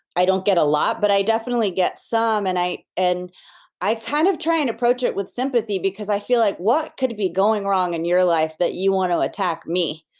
i don't get a lot, but i definitely get some and i and i kind of try and approach it with sympathy because i feel like what could be going wrong in your life that you want to attack me?